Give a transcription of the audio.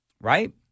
Right